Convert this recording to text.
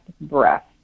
breath